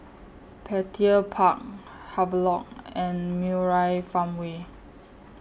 Petir Park Havelock and Murai Farmway